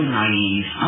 naive